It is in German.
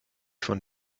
von